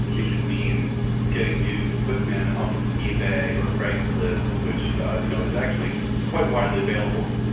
it can mean getting used equipment off ah ebay or craig's list which you know is actually quite widely available,